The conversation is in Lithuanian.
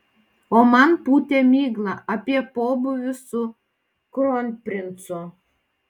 o man pūtė miglą apie pobūvius su kronprincu